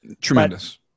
Tremendous